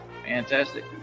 Fantastic